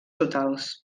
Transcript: totals